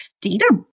data